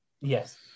Yes